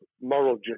moral